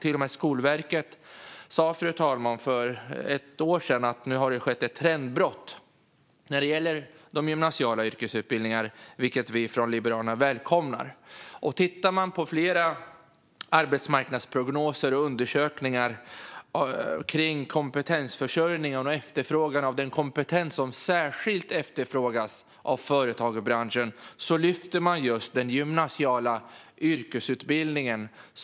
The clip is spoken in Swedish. Till och med Skolverket sa för ett år sedan, fru talman, att det nu har skett ett trendbrott när det gäller de gymnasiala yrkesutbildningarna. Detta välkomnar vi från Liberalernas sida. Tittar man på flera arbetsmarknadsprognoser och undersökningar gällande kompetensförsörjningen och efterfrågan på kompetens ser man att det som särskilt efterfrågas av företagsbranschen är just den gymnasiala yrkesutbildningen.